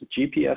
GPS